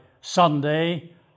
Sunday